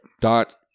dot